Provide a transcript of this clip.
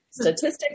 Statistics